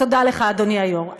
תודה לך, אדוני היושב-ראש.